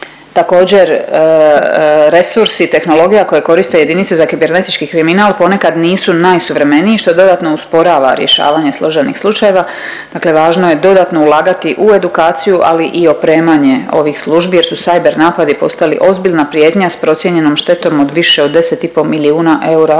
Također, resursi i tehnologija koje koriste jedinice za kibernetički kriminal, ponekad nisu najsuvremeniji, što dodatno usporava rješavanje složenih slučajeva, dakle važno je dodatno ulagati u edukaciju, ali i opremanje ovih službi jer su cyber napadi postali ozbiljna prijetnja s procijenjenom štetom od više od 10,5 milijuna eura u '23.